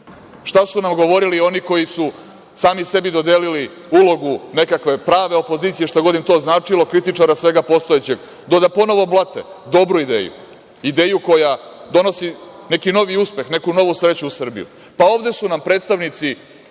su nam govorili oni koji su sami sebi dodelili ulogu nekakve prave opozicije, šta god im to značilo, kritičara svega postojećeg, do da ponovo blate dobru ideju, ideju koja donosi neki novi uspeh, neku novu sreću u Srbiju. Pa ovde su nam predstavnici